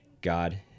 God